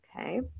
Okay